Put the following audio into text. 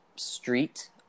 street